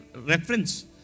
Reference